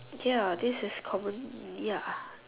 ya this is common ya